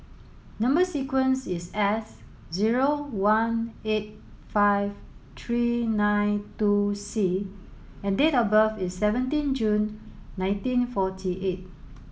number sequence is S zero one eight five three nine two C and date of birth is seventeen June nineteen forty eight